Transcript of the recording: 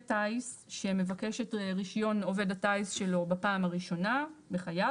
טיס שמבקש את רישיון עובד הטיס שלו בפעם הראשונה בחייו,